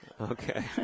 Okay